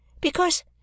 Because